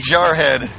Jarhead